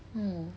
oh